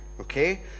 okay